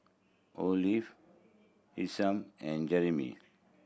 Olaf Isham and Jerimy